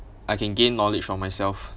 I can gain knowledge for myself